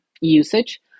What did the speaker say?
usage